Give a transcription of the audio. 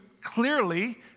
clearly